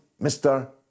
Mr